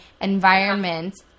environment